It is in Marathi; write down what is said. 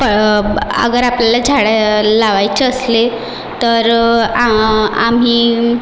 अगर आपल्या झाडं लावायचं असले तर आ आम्ही